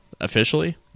Officially